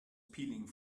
peeling